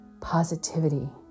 positivity